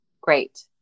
Great